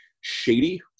shady